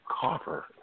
Copper